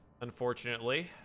unfortunately